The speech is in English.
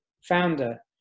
founder